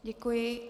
Děkuji.